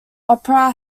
opera